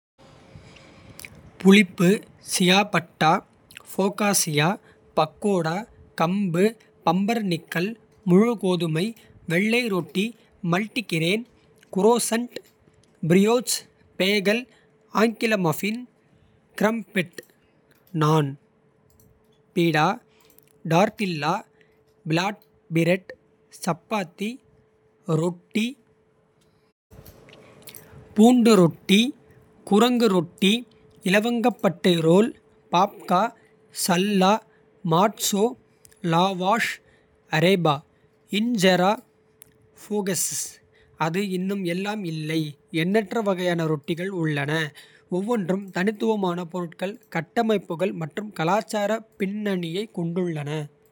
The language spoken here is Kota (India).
புளிப்பு ciabatta focaccia பக்கோடா. கம்பு பம்பர்நிக்கல் முழு கோதுமை வெள்ளை. ரொட்டி மல்டிகிரேன் குரோசண்ட் பிரியோச். பேகல் ஆங்கில muffin crumpet naan pita. Tortilla flatbread chapati ரொட்டி. பூண்டு ரொட்டி குரங்கு ரொட்டி இலவங்கப்பட்டை. Roll babka challah matzo lavash arepa injera. அது இன்னும் எல்லாம் இல்லை! எண்ணற்ற. வகையான ரொட்டிகள் உள்ளன, ஒவ்வொன்றும். தனித்துவமான பொருட்கள், கட்டமைப்புகள். மற்றும் கலாச்சார பின்னணியைக் கொண்டுள்ளன.